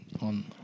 on